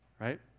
Right